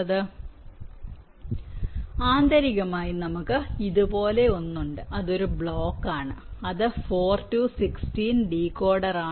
അതിനാൽ ആന്തരികമായി നമുക്ക് ഇതുപോലൊന്ന് ഉണ്ട് അത് ഒരു ബ്ലോക്ക് ആണ് അത് 4 ടു 16 ഡീകോഡർ ആണ്